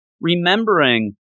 remembering